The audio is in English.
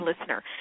listener